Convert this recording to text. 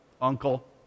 uncle